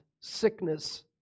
sickness